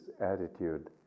attitude